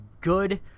good